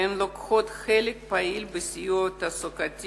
והן לוקחות חלק פעיל בסיוע התעסוקתי